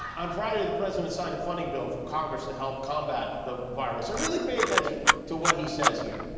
on friday the president signed a funding bill from congress to help combat the virus. and really pay attention to what he says here.